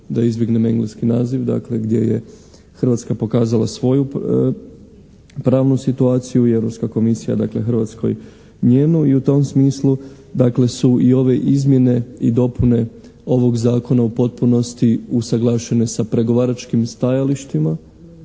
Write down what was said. da izbjegnem engleski naziv, gdje je Hrvatska pokazala svoju pravnu situaciju i Europska komisija dakle Hrvatskoj njenu. I u tom smislu dakle su i ove izmjene i dopune ovog zakona u potpunosti usaglašene sa pregovaračkim stajalištima